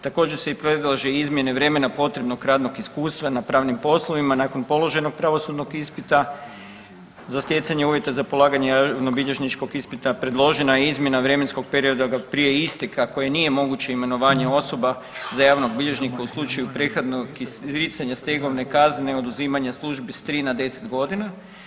Također se i predlažu izmjene vremena potrebnog radnog iskustva na pravnim poslovima nakon položenog pravosudnog ispita za stjecanje uvjeta za polaganje javnobilježničkog ispita predložena je izmjena vremenskog perioda prije isteka koji nije moguće imenovanje osoba za javnog bilježnika u slučaju … [[Govornik se ne razumije]] izricanja stegovne kazne oduzimanja službi s 3 na 10.g.